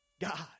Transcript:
God